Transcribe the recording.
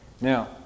Now